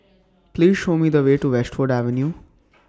Please Show Me The Way to Westwood Avenue